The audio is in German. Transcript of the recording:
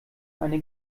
eine